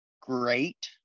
great